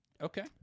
Okay